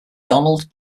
donald